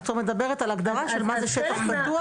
את מדברת על הגדרה של מה זה שטח פתוח,